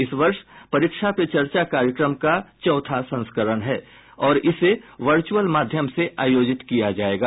इस वर्ष परीक्षा पे चर्चा कार्यक्रम का चौथा संस्करण है और इसे वर्चुअल माध्यम से आयोजित किया जाएगा